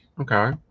Okay